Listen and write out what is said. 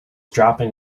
dropping